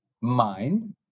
mind